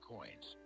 Coins